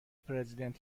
پرزیدنت